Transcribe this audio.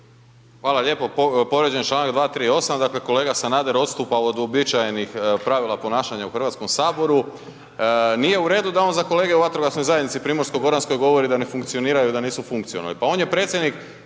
Hvala lijepo. Povrijeđen je čl. 238., dakle kolega Sanader odstupa od uobičajenih pravila ponašanja u Hrvatskom saboru. nije u redu da on za kolege u vatrogasnoj zajednici Primorsko-goranske govori da ne funkcioniraju, da nisu funkcionalni.